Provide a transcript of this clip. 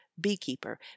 beekeeper